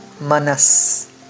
Manas